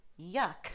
Yuck